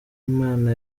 imana